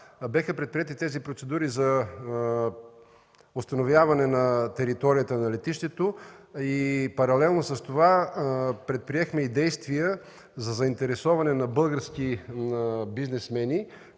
бяха предприети за установяване на територията на летището. Паралелно с това предприехме и действия за заинтересоване на български бизнесмени,